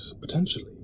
potentially